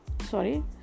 Sorry